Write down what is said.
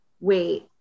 wait